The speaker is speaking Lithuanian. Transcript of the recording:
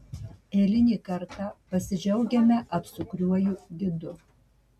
eilinį kartą pasidžiaugiame apsukriuoju gidu